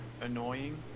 annoying